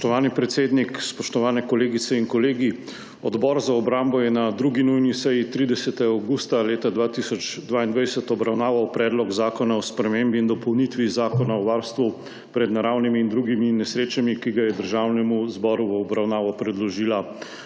Spoštovani predsednik, spoštovane kolegice in kolegi. Odbor za obrambo je na 2. nujni seji 30. avgusta leta 2022 obravnaval Predlog zakona o spremembi in dopolnitvi Zakona o varstvu pred naravnimi in drugimi nesrečami, ki ga je Državnemu zboru v obravnavo predložila